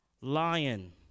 lion